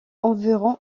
environ